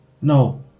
No